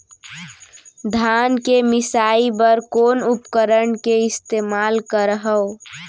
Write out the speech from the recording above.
धान के मिसाई बर कोन उपकरण के इस्तेमाल करहव?